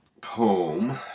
poem